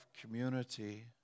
community